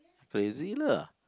crazy lah